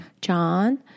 John